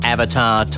Avatar